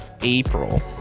April